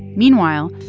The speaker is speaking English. meanwhile,